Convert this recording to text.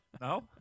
No